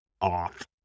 off